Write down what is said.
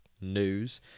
news